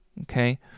okay